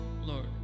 Lord